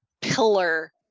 pillar